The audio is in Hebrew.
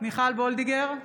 מיכל וולדיגר,